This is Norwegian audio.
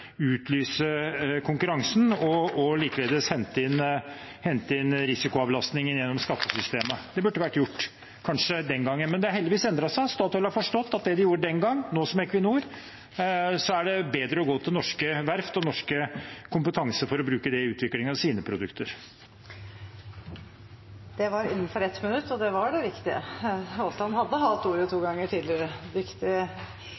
konkurransen, og likeledes hente inn risikoavlastningen gjennom skattesystemet. Det burde kanskje vært gjort den gangen, men det har heldigvis endret seg. Statoil, nå Equinor, har forstått at det de gjorde den gang, er det bedre å gå til norske verft og norsk kompetanse med for å bruke det i utvikling av sine produkter. Det var innenfor 1 minutt. Og det var riktig at representanten Aasland hadde hatt ordet to